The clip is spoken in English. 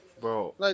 Bro